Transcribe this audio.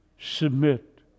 Submit